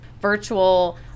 virtual